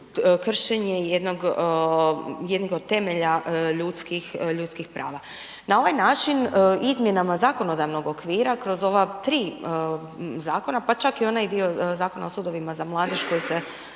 kršenje jednog od temelja ljudskih prava. Na ovaj način izmjenama zakonodavnog okvira kroz ova 3 zakona, pa čak i onaj dio Zakona o sudovima za mladež koji se